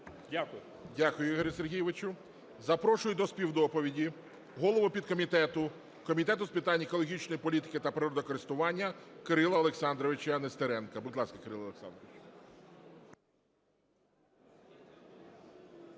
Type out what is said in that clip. Дякую, Ігорю Сергійовичу. Запрошую до співдоповіді голову підкомітету Комітету з питань екологічної політики та природокористування Кирилла Олександровича Нестеренка. Будь ласка, Кирилл Олександрович.